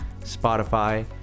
Spotify